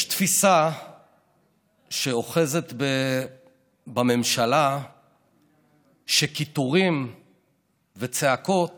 יש תפיסה שאוחזת בממשלה שקיטורים וצעקות